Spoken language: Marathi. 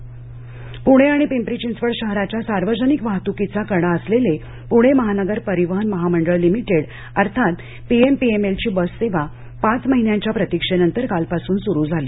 इंट्रो प्रणे आणि पिंपरी चिंचवड शहराच्या सार्वजनिक वाहत्कीचा कणा असलेले प्रणे महानगर परिवहन महामंडळ लिमिटेड अर्थात पीएमपीएमएलची बस सेवा पाच महिन्यांच्या प्रतीक्षेनंतर कालपासून सुरू झाली